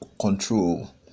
control